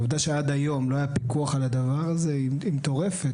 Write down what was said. והעובדה שעד היום לא היה פיקוח על הדבר הזה היא מטורפת.